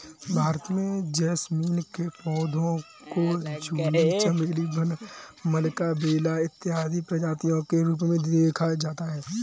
भारत में जैस्मीन के पौधे को जूही चमेली वन मल्लिका बेला इत्यादि प्रजातियों के रूप में देखा जाता है